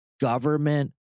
government